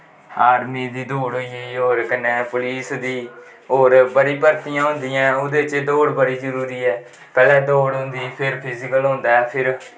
army दी दौड़ होई गेई कन्नै पुलिस दी होर बड़ी भ्रथियां होंदियां नै ओह्दै च दौड़ बड़ी जरूरी ऐ पैह्लैं दौड़ होंदी ऐ फिर फिजिकल होंदा ऐ फिर